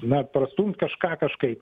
na prastumt kažką kažkaip